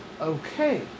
Okay